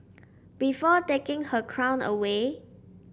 before taking her crown away